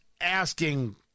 asking